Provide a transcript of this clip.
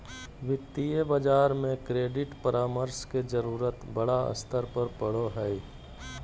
वित्तीय बाजार में क्रेडिट परामर्श के जरूरत बड़ा स्तर पर पड़ो हइ